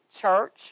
church